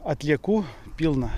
atliekų pilna